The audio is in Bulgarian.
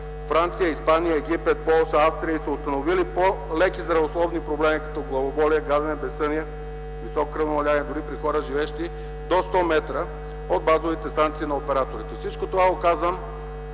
Франция, Испания, Египет, Полша, Австрия и са установили по-леки здравословни проблеми като главоболие, гадене, безсъние, високо кръвно налягане дори при хора, живеещи до сто метра от базовите станции на операторите. Всичко това го казвам,